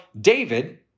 David